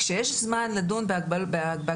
כשיש זמן לדון בהקלות,